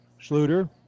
Schluter